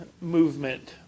movement